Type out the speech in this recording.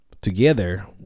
together